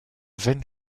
vaines